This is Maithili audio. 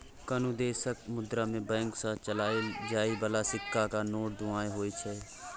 कुनु देशक मुद्रा मे बैंक सँ चलाएल जाइ बला सिक्का आ नोट दुओ होइ छै